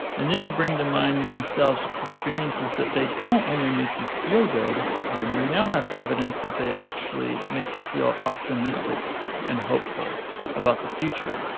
and then you bring to mind these nostalgic experiences that they don't only make you feel good we now have evidence that they actually make you feel optimistic and hopeful about the future.